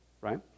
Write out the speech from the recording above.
Right